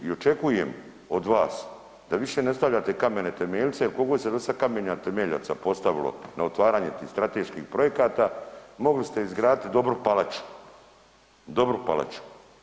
I očekujem od vas da više ne stavljate kamene temeljce, kolko je se dosad kamena temeljaca postavilo na otvaranje tih strateških projekata mogli ste izgraditi dobru palaču, dobru palaču.